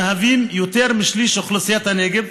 הם יותר משליש מאוכלוסיית הנגב,